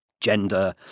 gender